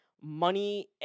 Money